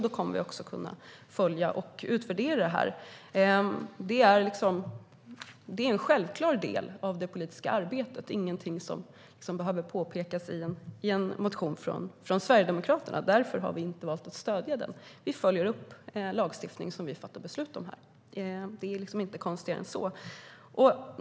Då kommer vi också att kunna följa och utvärdera det här. Det är en självklar del av det politiska arbetet och ingenting som behöver påpekas i en motion från Sverigedemokraterna. Därför har vi inte valt att stödja den. Vi följer upp lagstiftning som vi fattar beslut om här. Det är inte konstigare än så.